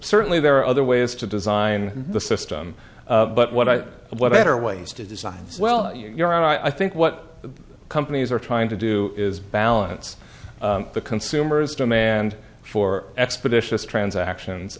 certainly there are other ways to design the system but what i what better way as to design well you know i think what the companies are trying to do is balance the consumers demand for expeditious transactions